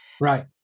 Right